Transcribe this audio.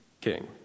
king